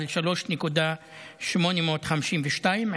3.852 מיליארד.